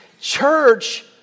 church